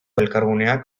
elkarguneak